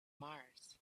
mars